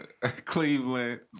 Cleveland